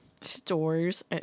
Stores